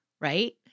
Right